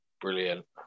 Brilliant